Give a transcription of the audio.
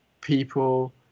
people